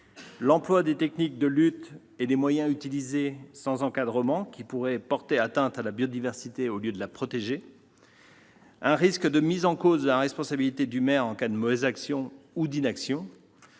l'emploi des techniques de lutte et les moyens utilisés sans encadrement, ce qui pourrait porter atteinte à la biodiversité au lieu de la protéger ; un risque de mise en cause de la responsabilité du maire en cas de mauvaises actions ou d'inaction